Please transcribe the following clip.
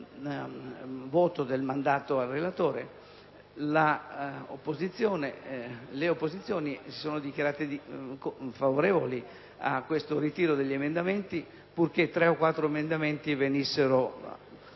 al voto del mandato al relatore. Le opposizioni si sono dichiarate favorevoli al ritiro degli emendamenti, purché tre o quattro emendamenti venissero